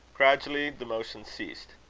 gradually the motion ceased.